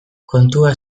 kontua